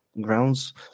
grounds